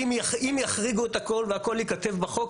אם יחריגו את הכול והכול ייכתב בחוק,